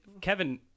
kevin